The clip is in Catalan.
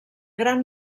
gran